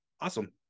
awesome